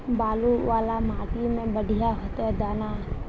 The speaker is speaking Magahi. बालू वाला माटी में बढ़िया होते दाना?